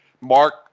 Mark